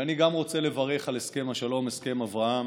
וגם אני רוצה לברך על הסכם השלום, הסכם אברהם.